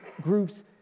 groups